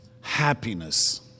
happiness